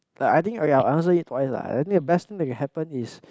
that I think okay ah I answer it for it lah I think the best thing that can happens is